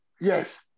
Yes